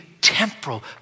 temporal